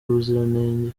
ubuziranenge